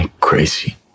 crazy